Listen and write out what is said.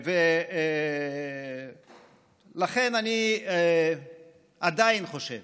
ולכן אני עדיין חושב